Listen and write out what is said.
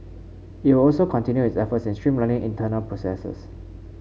it will also continue its efforts in streamlining internal processes